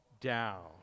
down